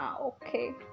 Okay